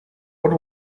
what